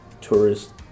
tourist